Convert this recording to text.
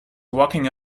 walking